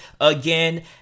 again